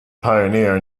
pioneer